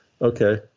okay